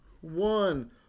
one